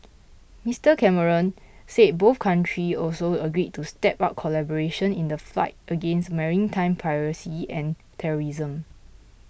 Mister Cameron said both country also agreed to step up collaboration in the fight against maritime piracy and terrorism